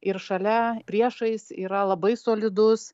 ir šalia priešais yra labai solidus